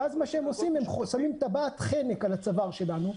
ואז מה שהם עושים זה שהם שמים טבעת חנק על הצוואר שלנו.